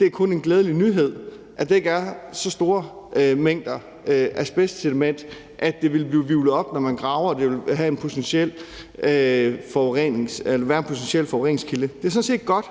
det er kun en glædelig nyhed, at der ikke er så store mængder asbest i sedimentet, at det ville blive hvirvlet op, når man graver, og være en potentiel forureningskilde. Det er sådan set godt,